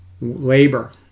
labor